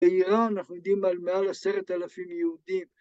‫באיראן אנחנו יודעים ‫על מעל עשרת אלפים יהודים...